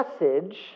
message